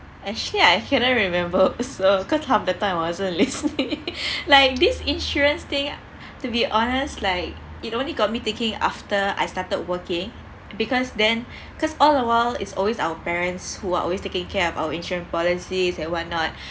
actually I cannot remember also cause from that time I wasn't listening like this insurance thing to be honest like it only got me thinking after I started working because then because all the while is always our parents who are always taking care of our insurance policies and what not